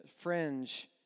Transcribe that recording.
fringe